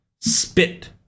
spit